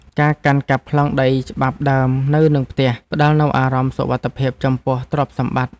ការកាន់កាប់ប្លង់ដីច្បាប់ដើមនៅនឹងផ្ទះ ផ្តល់នូវអារម្មណ៍សុវត្ថិភាពចំពោះទ្រព្យសម្បត្តិ។